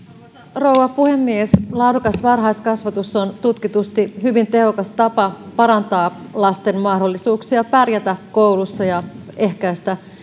rouva puhemies laadukas varhaiskasvatus on tutkitusti hyvin tehokas tapa parantaa lasten mahdollisuuksia pärjätä koulussa ja ehkäistä